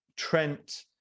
Trent